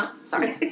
sorry